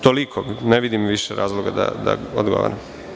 Toliko, ne vidim više razloga da odgovaram.